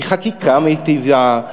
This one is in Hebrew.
מחקיקה מיטיבה,